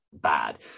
bad